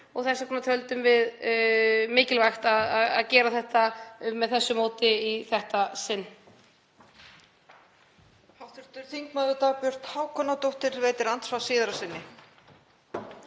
og þess vegna töldum við mikilvægt að gera þetta með þessu móti í þetta sinn.